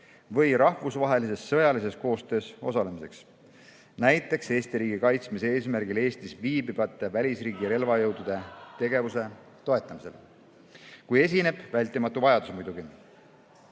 või rahvusvahelises sõjalises koostöös osalemiseks, näiteks Eesti riigi kaitsmise eesmärgil Eestis viibivate välisriigi relvajõudude tegevuse toetamisel. Seda muidugi